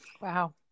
Wow